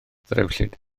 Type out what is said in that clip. ddrewllyd